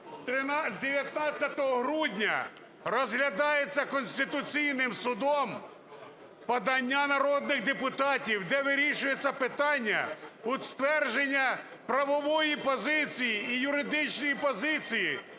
з 19 грудня розглядається Конституційним Судом подання народних депутатів, де вирішується питання утвердження правової позиції і юридичної позиції,